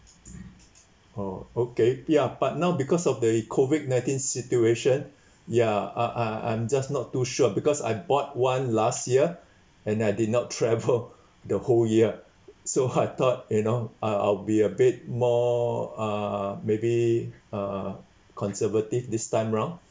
oh okay ya but now because of the COVID nineteen situation ya I I I'm just not too sure because I bought one last year and I did not travel the whole year so I thought you know I'll I'll be a bit more uh maybe uh conservative this time round